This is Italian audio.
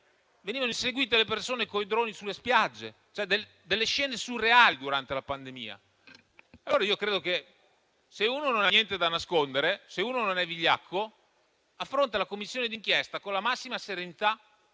Venivano inseguite le persone con i droni sulle spiagge; ci sono state delle scene surreali durante la pandemia. Io credo che, se non si ha niente da nascondere e se non si è vigliacchi, si affronta la Commissione d'inchiesta con la massima serenità,